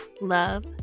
love